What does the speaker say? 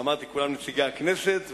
אמרתי: כולם נציגי הכנסת.